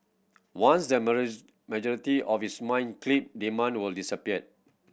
once the majority of is mined chip demand will disappear